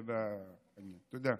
תודה.